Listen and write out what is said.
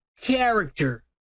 character